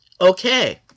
Okay